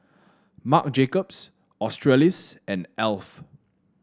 Marc Jacobs Australis and Alf